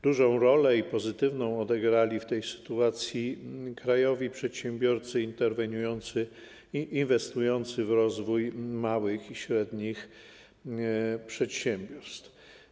Dużą i pozytywną rolę odegrali w tej sytuacji krajowi przedsiębiorcy interweniujący i inwestujący w rozwój małych i średnich przedsiębiorstw.